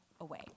away